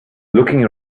looking